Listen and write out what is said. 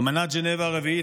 אמנת ז'נבה הרביעית